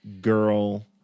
girl